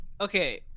Okay